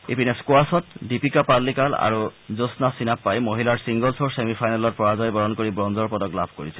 ইপিনে স্কোৱাছত দিপিকা পাল্লিকাল আৰু জোমা চিনাপ্পাই মহিলাৰ চিংগলছৰ ছেমি ফাইনেলত পৰাজয় বৰণ কৰি ব্ৰঞ্জৰ পদক লাভ কৰিছে